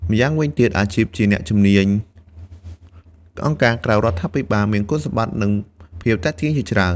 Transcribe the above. ម៉្យាងវិញទៀតអាជីពជាអ្នកជំនាញអង្គការក្រៅរដ្ឋាភិបាលមានគុណសម្បត្តិ និងភាពទាក់ទាញជាច្រើន។